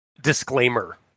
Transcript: disclaimer